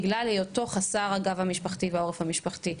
בגלל היותו חסר הגב המשפחתי והעורף המשפחתי,